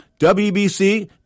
WBC